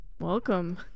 Welcome